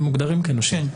הם מוגדרים כנושים.